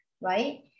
right